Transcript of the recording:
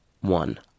One